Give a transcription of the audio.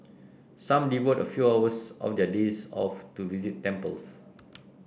some devote a few hours of their days off to visit temples